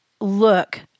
look